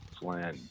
Flynn